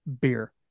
beer